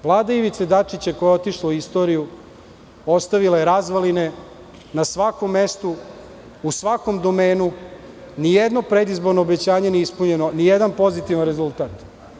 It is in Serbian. Vlada Ivice Dačića koja je otišla u istoriju ostavila je razvaline na svakom mestu, u svakom domenu, ni jedno predizborno obećanje nije ispunjeno, ni jedan pozitivan rezultat.